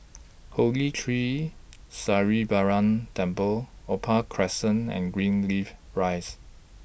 Holy Tree Sri Temple Opal Crescent and Greenleaf Rise